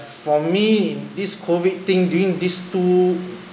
for me in this COVID thing during these two